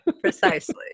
Precisely